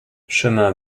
chemin